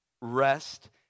rest